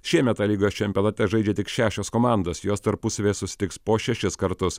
šiemet a lygos čempionate žaidžia tik šešios komandos jos tarpusavyje susitiks po šešis kartus